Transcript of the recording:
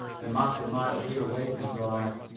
the master might reawaken to life,